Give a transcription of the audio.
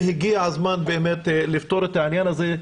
הגיע הזמן לפתור את העניין הזה.